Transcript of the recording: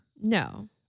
No